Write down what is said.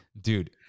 Dude